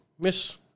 Miss